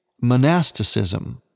monasticism